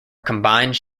combined